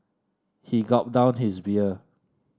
he gulped down his beer